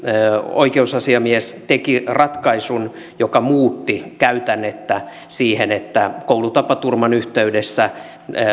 oikeusasiamies teki ratkaisun joka muutti käytännettä siihen että koulutapaturman yhteydessä